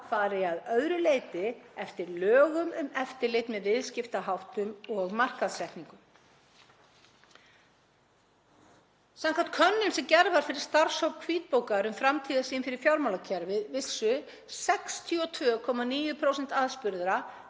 fari að öðru leyti eftir lögum um eftirlit með viðskiptaháttum og markaðssetningu. Samkvæmt könnun sem gerð var fyrir starfshóp hvítbókar um framtíðarsýn fyrir fjármálakerfið vissu 62,9% aðspurðra